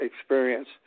experience